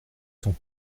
sont